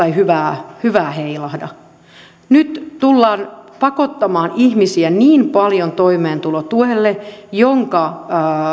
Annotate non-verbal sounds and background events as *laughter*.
*unintelligible* ei hyvää hyvää heilahda nyt tullaan pakottamaan ihmisiä niin paljon toimeentulotuelle jonka